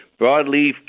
broadleaf